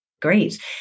Great